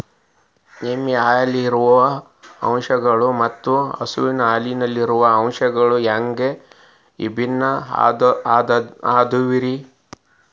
ಎಮ್ಮೆ ಹಾಲಿನಲ್ಲಿರೋ ಅಂಶಗಳು ಮತ್ತ ಹಸು ಹಾಲಿನಲ್ಲಿರೋ ಅಂಶಗಳಿಗಿಂತ ಹ್ಯಾಂಗ ಭಿನ್ನ ಅದಾವ್ರಿ?